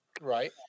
Right